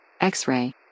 X-Ray